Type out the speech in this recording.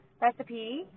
recipe